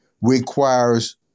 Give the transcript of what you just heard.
Requires